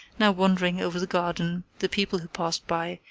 now wandering over the garden, the people who passed by,